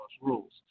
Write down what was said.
rules